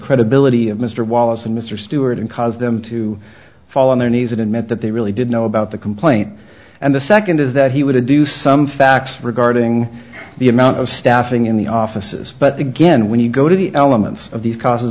credibility of mr wallace and mr stewart and cause them to fall on their knees and admit that they really did know about the complaint and the second is that he would a do some facts regarding the amount of staffing in the offices but again when you go to the elements of these causes